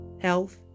health